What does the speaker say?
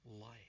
life